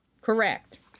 Correct